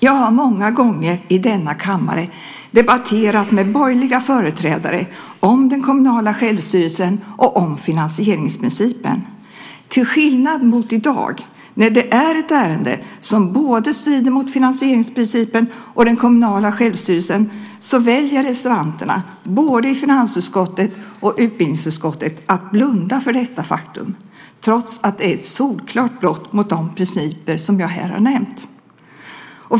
Jag har många gånger i denna kammare debatterat med borgerliga företrädare om den kommunala självstyrelsen och om finansieringsprincipen. Till skillnad mot i dag, när det är ett ärende som både strider mot finansieringsprincipen och den kommunala självstyrelsen, så väljer reservanterna både i finansutskottet och i utbildningsutskottet att blunda för detta faktum, trots att det är ett solklart brott mot de principer jag här har nämnt.